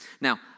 Now